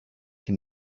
can